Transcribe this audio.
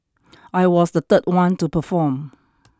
I was the third one to perform